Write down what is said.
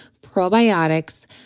probiotics